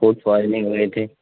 food poisoning ہوئی تھی